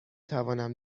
توانم